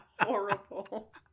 horrible